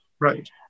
Right